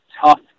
tough